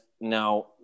now